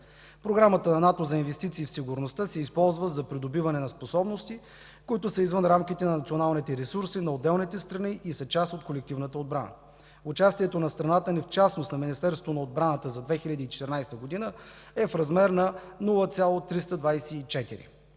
Програмата на НАТО за инвестиции в сигурността се използва за придобиване на способности, които са извън рамките на националните ресурси на отделните страни и са част от колективната отбрана. Участието на страната ни, в частност на Министерството на отбраната за 2014 г., е в размер на 0,324%